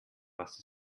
was